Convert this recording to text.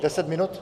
Deset minut?